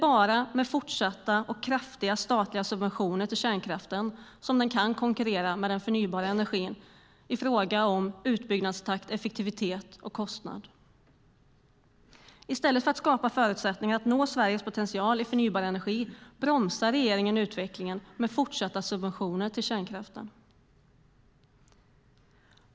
Bara med fortsatta och kraftiga statliga subventioner kan kärnkraften konkurrera med förnybar energi i fråga om utbyggnadstakt, effektivitet och kostnad. I stället för att skapa förutsättningar att nå Sveriges potential för förnybar energi bromsar regeringen utvecklingen med fortsatta subventioner till kärnkraften.